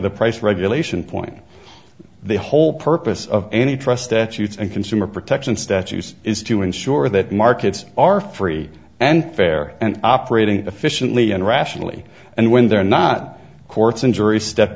the price regulation point the whole purpose of any trust that huge and consumer protection statute is to ensure that markets are free and fair and operating efficiently and rationally and when they're not courts and juries step